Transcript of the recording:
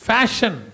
Fashion